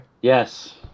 Yes